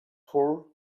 four